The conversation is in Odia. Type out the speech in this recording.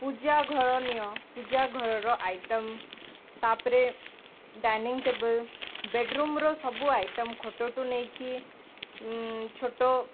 ପୂଜା ଘରନୀୟ ପୂଜା ଘରର ଆଇଟମ୍ ତା'ପରେ ଡାଇନିଙ୍ଗ ଟେବୁଲ୍ ବେଡ଼ରୁମ୍ରେ ସବୁ ଆଇଟମ୍ ଖଟ ଠୁ ନେଇକି ଛୋଟ